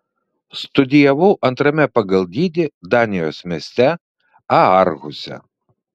studijavau antrame pagal dydį danijos mieste aarhuse